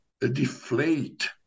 deflate